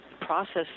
process